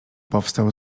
powstał